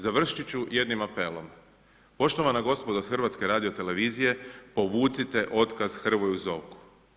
Završit ću jednim apelom, poštovana gospodo sa HRT-a povucite otkaz Hrvoju Zovku.